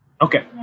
Okay